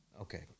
Okay